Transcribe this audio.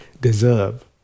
deserve